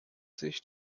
sich